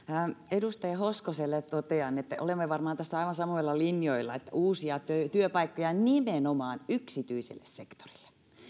edustaja hoskoselle totean että olemme varmaan tässä aivan samoilla linjoilla että uusia työpaikkoja nimenomaan yksityiselle sektorille